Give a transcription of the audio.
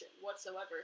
whatsoever